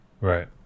Right